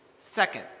Second